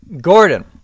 gordon